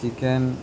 chicken